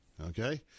okay